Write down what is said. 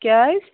کیٛازِ